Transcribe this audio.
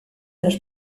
del